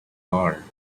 bar